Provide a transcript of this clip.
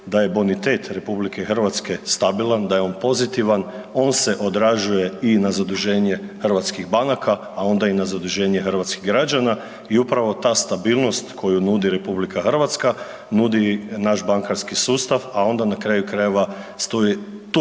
da je bonitet RH stabilan, da je on pozitivan, on se odražuje i na zaduženje hrvatskih banaka, a onda i na zaduženje hrvatskih građana. I upravo ta stabilnost koju nudi RH, nudi naš bankarski sustav, a onda na kraju krajeva iz